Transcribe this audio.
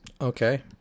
Okay